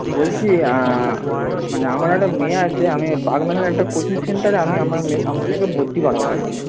বলছি মানে আমার একটা মেয়ে আছে আমি বাগনানের একটা কোচিং সেন্টারে আমি আমার মেয়ে আমার মেয়েকে ভর্তি করবো আর কি